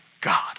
God